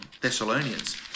Thessalonians